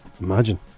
Imagine